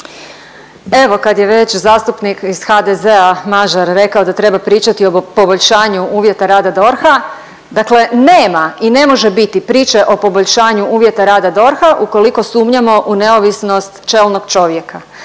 Evo kad je već zastupnik iz HDZ-a Mažar rekao da treba pričati o poboljšanju uvjeta rada DORH-a, dakle nema i ne može biti priče o poboljšanju uvjeta rada DORH-a ukoliko sumnjamo u neovisnost čelnog čovjeka,